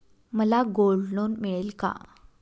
मला gold loan मिळेल का?